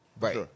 Right